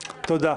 תודה.